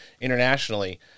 internationally